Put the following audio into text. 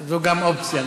והוא גם אופציה.